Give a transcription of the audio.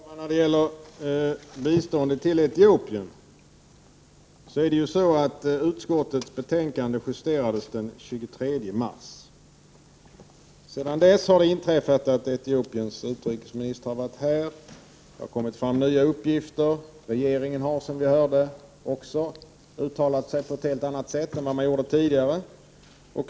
Herr talman! När det gäller biståndet till Etiopien är det så, att utskottets betänkande justerades den 23 mars. Sedan dess har det inträffat att Etiopiens utrikesminister har varit här. Det har kommit fram nya uppgifter. Regeringen har, som vi hörde, också uttalat sig på ett helt annat sätt än tidigare.